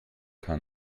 kann